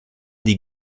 die